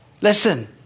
listen